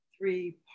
three